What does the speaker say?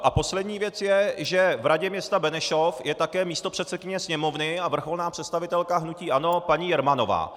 A poslední věc je, že v Radě města Benešov je také místopředsedkyně Sněmovny a vrcholná představitelka hnutí ANO paní Jermanová.